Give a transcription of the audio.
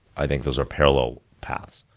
i think those are parallel paths.